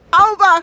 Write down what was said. over